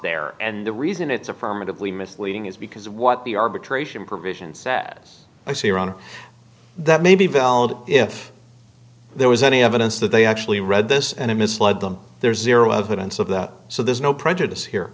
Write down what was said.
there and the reason it's a permanently misleading is because what the arbitration provisions as i see around that may be valid if there was any evidence that they actually read this and it misled them there's zero evidence of that so there's no prejudice here